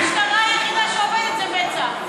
המשטרה היחידה שעובדת זה מצ"ח.